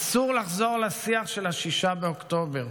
אסור לחזור לשיח של 6 באוקטובר.